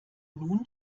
nun